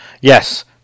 yes